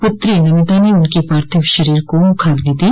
पुत्री नमिता ने उनके पार्थिव शरीर को मुखाग्नि दी